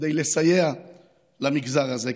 כדי לסייע למגזר הזה,